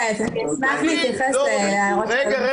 אני אשמח להתייחס להערות של אדוני.